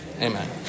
Amen